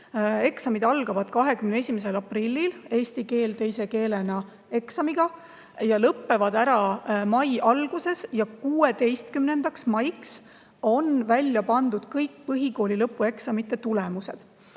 Eksamid algavad 21. aprillil eesti keele teise keelena eksamiga ja lõpevad mai alguses. 16. maiks on välja pandud kõik põhikooli lõpueksamite tulemused.